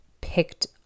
picked